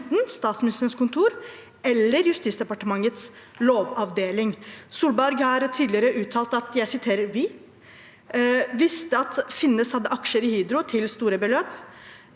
enten Statsministerens kontor eller Justisdepartementets lovavdeling. Solberg har tidligere uttalt: Vi visste at Finnes hadde aksjer i Hydro til store beløp.